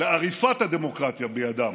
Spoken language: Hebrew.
לעריפת הדמוקרטיה בידם.